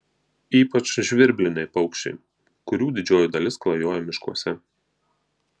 ypač žvirbliniai paukščiai kurių didžioji dalis klajoja miškuose